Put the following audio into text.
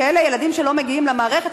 אלה ילדים שלא מגיעים למערכת,